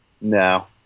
No